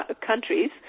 countries